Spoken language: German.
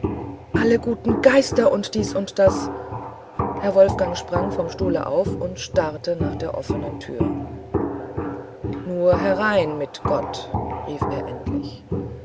alle guten geister und dies und das herr wolfgang sprang vom stuhle auf und starrte nach der offnen tür nur herein mit gott rief er endlich